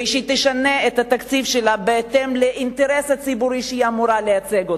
ותשנה את התקציב שלה בהתאם לאינטרס הציבורי שהיא אמורה לייצג,